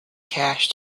cache